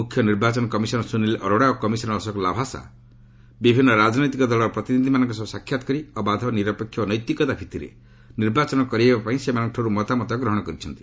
ମୁଖ୍ୟ ନିର୍ବାଚନ କମିଶନର ସୁନୀଲ ଅରୋଡା ଓ କମିଶନର ଅଶୋକ ଲାଭାସା ବିଭିନ୍ନ ରାଜ୍ୟନୈତିକ ଦଳର ପ୍ରତିନିଧିମାନଙ୍କ ସହ ସାକ୍ଷାତ କରି ଅବାଧ ନିରପେକ୍ଷ ଓ ନୈତିକତା ଭିଭିରେ ନିର୍ବାଚନ କରାଇବା ପାଇଁ ସେମାନଙ୍କଠାର୍ ମତାମତ ଗ୍ରହଣ କରିଛନ୍ତି